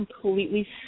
completely